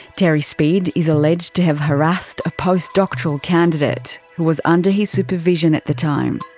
terry speed is alleged to have harassed a postdoctoral candidate who was under his supervision at the time.